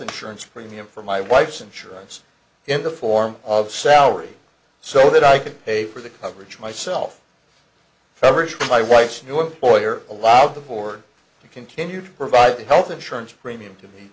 insurance premium for my wife's insurance in the form of salary so that i can pay for the coverage myself feverishly my wife's new employer allowed the board to continue to provide health insurance premium to me